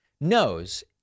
knows